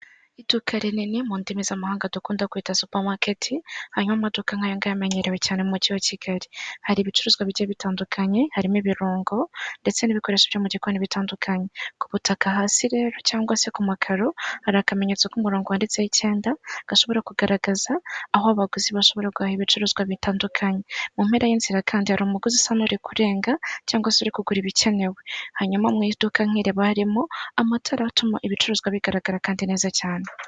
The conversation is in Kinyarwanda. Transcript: Iduka rinini mu ndimi z'amahanga dukunda kwita supamaketi hanyuma imodoka nk'aya yamenyerewe cyane mu mujyi wa Kigali hari ibicuruzwa bike bitandukanye harimo ibirungo ndetse n'ibikoresho byo mu gikoni bitandukanye ku butaka hasi rero cyangwa se ku makaro hari akamenyetso k'umurongo wanditseho icyenda rigashobora kugaragaza aho abaguzi bashobora guhaha. Ibicuruzwa bitandukanye mu mpera y'inzira kandi hari umuguzi usa n'uri kurenga cyangwa seri kugura ibikenewe hanyuma mu iduka nk'iribamo amatara atuma ibicuruzwa bigaragara kandi neza cyane.